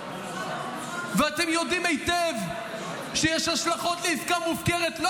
ואתם יודעים היטב שיש השלכות לעסקה מופקרת,